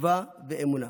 תקווה ואמונה.